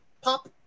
pop